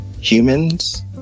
humans